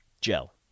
gel